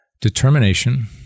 Determination